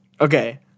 Okay